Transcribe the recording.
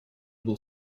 был